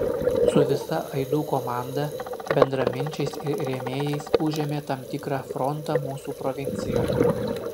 su visa aidų komanda bendraminčiais ir rėmėjais užėmė tam tikrą frontą mūsų provincijoje